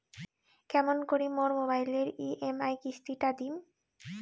কেমন করি মোর মোবাইলের ই.এম.আই কিস্তি টা দিম?